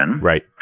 Right